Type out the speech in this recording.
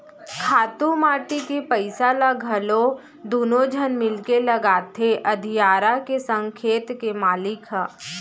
खातू माटी के पइसा ल घलौ दुनों झन मिलके लगाथें अधियारा के संग खेत के मालिक ह